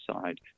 side